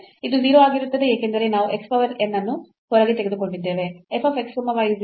ಇದು 0 ಆಗಿರುತ್ತದೆ ಏಕೆಂದರೆ ನಾವು x power n ಅನ್ನು ಹೊರಗೆ ತೆಗೆದುಕೊಂಡಿದ್ದೇವೆ